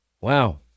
Wow